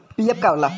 PF का होला?